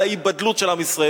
על ההיבדלות של עם ישראל,